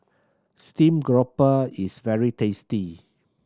steamed grouper is very tasty